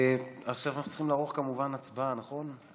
עכשיו אנחנו צריכים לערוך כמובן הצבעה, נכון?